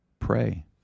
Pray